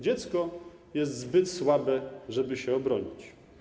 Dziecko jest zbyt słabe, żeby się obronić.